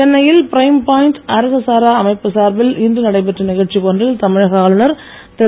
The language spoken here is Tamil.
சென்னையில் பிரைம் பாய்ண்ட் அரசு சாரா அமைப்பு சார்பில் இன்று நடைபெற்ற நிகழ்ச்சி ஒன்றில் தமிழக ஆளுநர் திரு